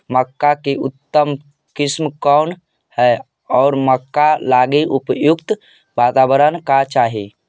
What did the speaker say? मक्का की उतम किस्म कौन है और मक्का लागि उपयुक्त बाताबरण का चाही?